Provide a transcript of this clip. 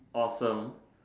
awesome